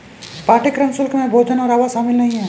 पाठ्यक्रम शुल्क में भोजन और आवास शामिल नहीं है